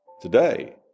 today